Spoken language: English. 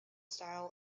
style